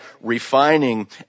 refining